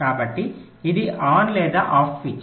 కాబట్టి ఇది ఆన్ లేదా ఆఫ్ స్విచ్